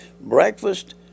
breakfast